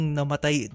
namatay